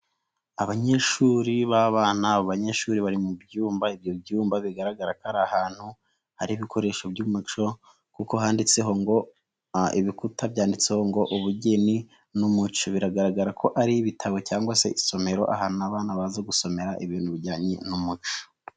Abanyeshuri b'abana, abo banyeshuri bari mu byumba, ibyo byumba bigaragara ko ari ahantu hari ibikoresho by'umuco, kuko handitseho ngo ibikuta byanditseho ngo ubugeni biragaragara ko ari ibitabo cyangwa se isomero, ahantu abana baza gusomera ibintu bijyanye n'umuco.